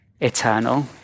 eternal